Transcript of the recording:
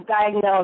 diagnosed